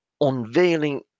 unveiling